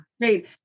great